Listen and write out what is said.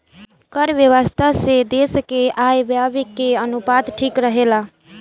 कर व्यवस्था से देस के आय व्यय के अनुपात ठीक रहेला